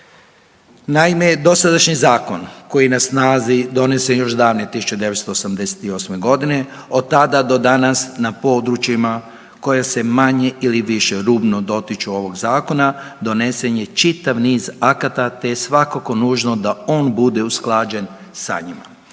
Naime, dosadašnji zakon koji je na snazi donesen je još davne 1988. godine, od tada do danas na područjima koja se manje ili više rubno dotiču ovog zakona donesen je čitav niz akata te je svakako nužno da on bude usklađen sa njim.